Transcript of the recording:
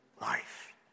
life